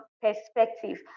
perspective